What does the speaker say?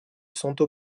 santo